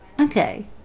Okay